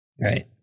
right